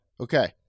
Okay